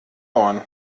ohren